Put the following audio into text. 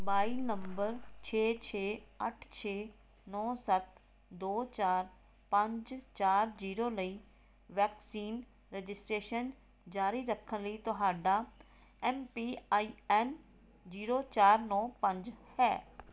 mobile number ਛੇ ਛੇ ਅੱਠ ਛੇ ਨੌਂ ਸੱਤ ਦੋ ਚਾਰ ਪੰਜ ਚਾਰ ਜੀਰੋ ਲਈ ਵੈਕਸੀਨ ਰਜਿਸਟ੍ਰੇਸ਼ਨ ਜਾਰੀ ਰੱਖਣ ਲਈ ਤੁਹਾਡਾ M P I N zero ਚਾਰ ਨੌਂ ਪੰਜ ਹੈ